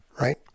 right